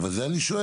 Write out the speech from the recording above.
אז את זה אני שואל.